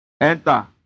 Enter